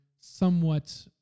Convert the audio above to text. somewhat